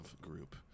group